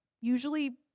usually